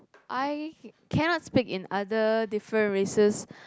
I cannot speak in other different races